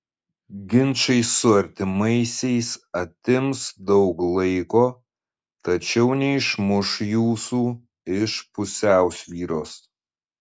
ginčai su artimaisiais atims daug laiko tačiau neišmuš jūsų iš pusiausvyros